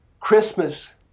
Christmas